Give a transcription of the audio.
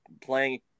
playing